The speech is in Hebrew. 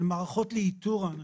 של מערכות לאיתור האנשים,